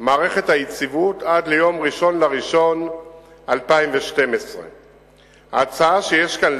מערכת היציבות עד יום 1 בינואר 2012. ההצעה שיש כאן,